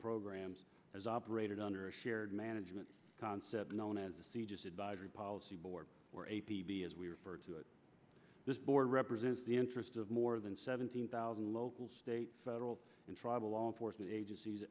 programs as operated under a shared management concept known as the c just advisory policy board or a p b as we refer to it this board represents the interests of more than seventeen thousand local state federal and tribal law enforcement agencies